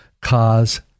cause